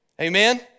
Amen